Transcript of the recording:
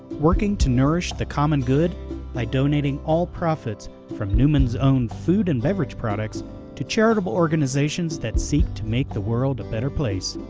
working to nourish the common good by donating all profits from newman's own food and beverage products to charitable organizations that seek to make the world a better place.